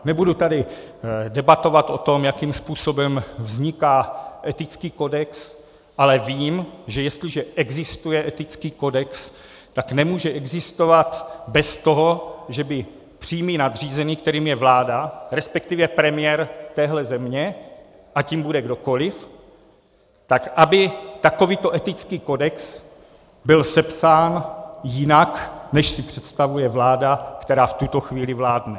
Nebudu tady debatovat o tom, jakým způsobem vzniká etický kodex, ale vím, že jestliže existuje etický kodex, tak nemůže existovat bez toho, že by přímý nadřízený, kterým je vláda, resp. premiér téhle země, ať jím bude kdokoliv, tak aby takovýto etický kodex byl sepsán jinak, než si představuje vláda, která v tuto chvíli vládne.